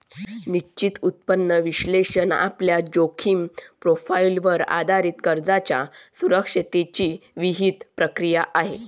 निश्चित उत्पन्न विश्लेषण आपल्या जोखीम प्रोफाइलवर आधारित कर्जाच्या सुरक्षिततेची विहित प्रक्रिया आहे